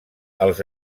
els